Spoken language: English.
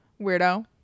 weirdo